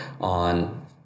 on